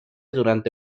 durante